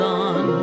on